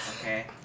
okay